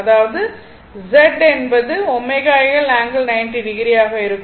அதாவது என்பது ω L ∠90o ஆக இருக்கும்